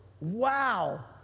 wow